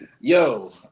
Yo